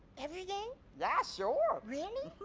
every game? yeah sure. really?